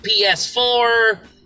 PS4